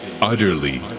utterly